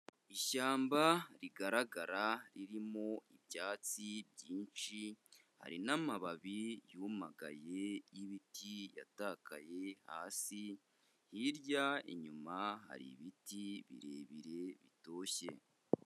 Ishyamba rigaragara ririmo ibyatsi byinshi, hari n'amababi yumagaye y'ibiti yatakaye hasi, hirya inyuma hari ibiti birebire bitoshye.